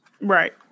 Right